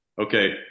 okay